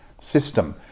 system